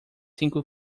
cinco